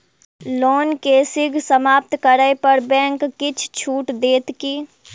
loan केँ शीघ्र समाप्त करै पर बैंक किछ छुट देत की